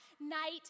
night